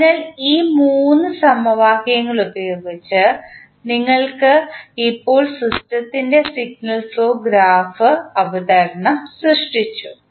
അതിനാൽ ഈ 3 സമവാക്യങ്ങൾ ഉപയോഗിച്ച് നിങ്ങൾ ഇപ്പോൾ സിസ്റ്റത്തിൻറെ സിഗ്നൽ ഫ്ലോ ഗ്രാഫ് അവതരണം സൃഷ്ടിച്ചു